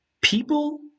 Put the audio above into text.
people